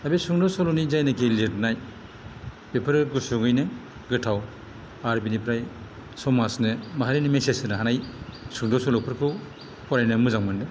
दा बे सुंद' सल'नि जाय लिरगिरि लिरनाय बेफोरो गुसुङैनो गोथाव आरो बिनिफ्राय समाजनो बाहाय मेसेज होनो हानाय सुंद' सल'फोरखौ फरायनो मोजां मोनो